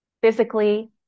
physically